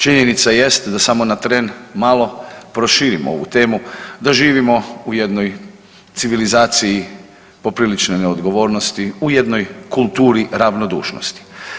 Činjenica jest da samo na tren malo proširimo ovu temu, da živimo u jednoj civilizaciji poprilične neodgovornosti, u jednoj kulturi ravnodušnosti.